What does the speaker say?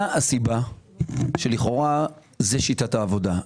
מה הסיבה שלכאורה זאת שיטת העבודה?